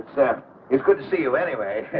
that is good to see you anyway.